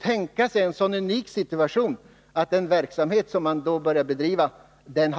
tänka mig en sådan unik situation att den verksamhet man börjar bedriva